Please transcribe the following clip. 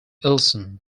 ellison